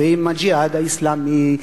ועם "הג'יהאד האסלאמי",